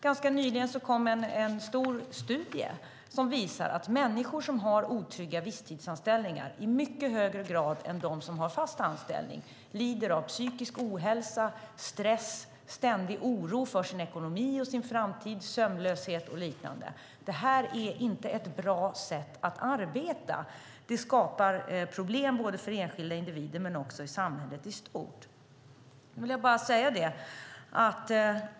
Ganska nyligen kom en stor studie som visar att människor som har otrygga visstidsanställningar i mycket högre grad än de som har fast anställning lider av psykisk ohälsa, stress, ständig oro för sin ekonomi och sin framtid, sömnlöshet och liknande. Det här är inte ett bra sätt att arbeta på. Det skapar problem både för enskilda individer och i samhället i stort.